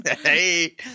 hey